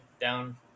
down